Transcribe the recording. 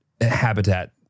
Habitat